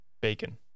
bacon